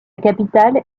capitale